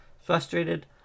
Frustrated